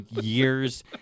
years